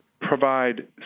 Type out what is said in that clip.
provide